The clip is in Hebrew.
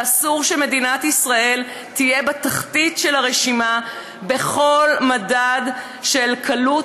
אסור שמדינת ישראל תהיה בתחתית של הרשימה בכל מדד של קלות